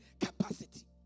capacity